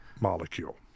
molecule